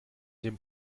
dem